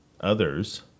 others